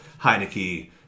Heineke